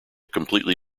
completely